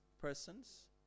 persons